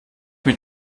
mit